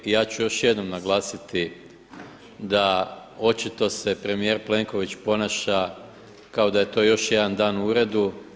Ja ću još jednom naglasiti da očito se premijer Plenković ponaša kao da je to još jedan dan u uredu.